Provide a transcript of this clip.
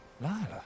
Lila